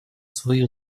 свою